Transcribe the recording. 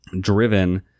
driven